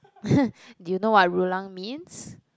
do you know what Rulang means